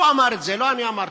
הוא אמר את זה, לא אני אמרתי.